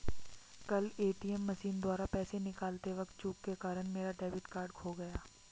कल ATM machine द्वारा पैसे निकालते वक़्त चूक के कारण मेरा डेबिट कार्ड खो गया